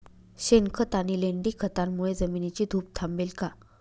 शेणखत आणि लेंडी खतांमुळे जमिनीची धूप थांबेल का?